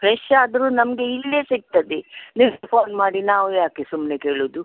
fresh ಆದ್ರೂ ನಮಗೆ ಇಲ್ಲೇ ಸಿಗ್ತದೆ ನಿಮಗೆ ಫೋನ್ ಮಾಡಿ ನಾವು ಯಾಕೆ ಸುಮ್ಮನೆ ಕೇಳೋದು